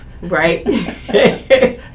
Right